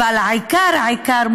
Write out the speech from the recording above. אבל העיקר העיקר,